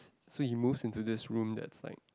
so he moves into this room that's like